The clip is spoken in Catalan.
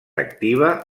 activa